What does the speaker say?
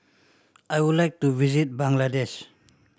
I would like to visit Bangladesh